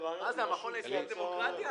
הרשויות מעל 20% הרשויות שנכנסות פנימה זה ירושלים,